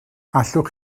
allwch